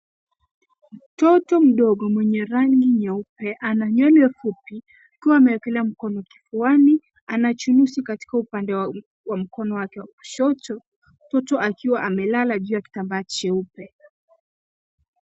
Mtoto mdogo mwenye rangi nyeupe ana nywele fupi akiwa ameekelea mkono kifuani. Ana jirusu katika upande wa mkono wake wa kushoto, mtoto akiwa amelala juu ya kitambaa cheupe.